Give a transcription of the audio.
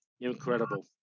Incredible